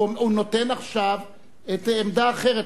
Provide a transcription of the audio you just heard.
הוא נותן עכשיו עמדה אחרת.